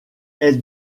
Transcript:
elle